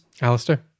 Alistair